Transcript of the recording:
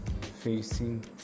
facing